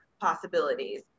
possibilities